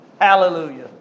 Hallelujah